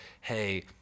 Hey